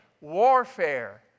warfare